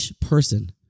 person